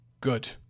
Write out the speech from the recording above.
good